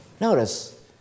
Notice